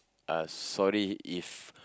uh sorry if